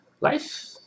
Life